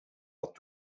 dat